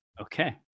Okay